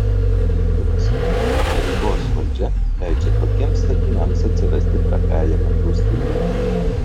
piktinosi kad neringos valdžia leidžia tokiems statiniams atsirasti trapiajame draustinyje